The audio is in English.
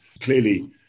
Clearly